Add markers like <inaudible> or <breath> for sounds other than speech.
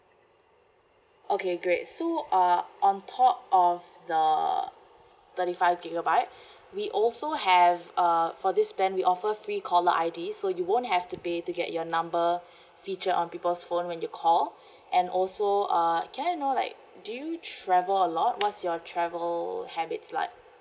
okay great so uh on top of the thirty five gigabyte <breath> we also have uh for this plan we offer free caller I_D so you won't have to pay to get your number <breath> feature on people's phone when you call <breath> and also uh can I know like do you travel a lot what's your travel habits like